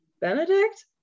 Benedict